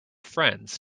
friends